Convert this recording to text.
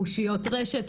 אושיות רשת,